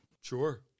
Sure